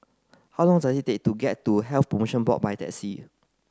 how long does it take to get to Health Promotion Board by taxi